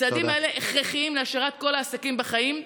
הצעדים האלה הכרחיים להשארת כל העסקים בחיים,